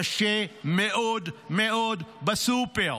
קשה מאוד מאוד בסופר.